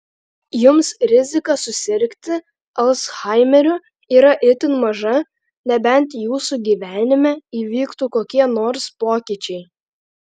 jums rizika susirgti alzhaimeriu yra itin maža nebent jūsų gyvenime įvyktų kokie nors pokyčiai